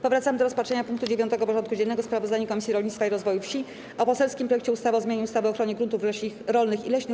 Powracamy do rozpatrzenia punktu 9. porządku dziennego: Sprawozdanie Komisji Rolnictwa i Rozwoju Wsi o poselskim projekcie ustawy o zmianie ustawy o ochronie gruntów rolnych i leśnych.